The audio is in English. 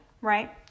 right